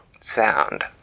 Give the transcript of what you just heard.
sound